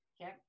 Okay